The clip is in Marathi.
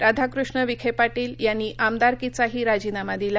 राधाकृष्ण विखे पाटील यांनी आमदारकीचाही राजीनामा दिला